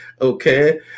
okay